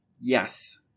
Yes